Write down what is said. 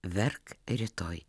verk rytoj